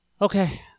okay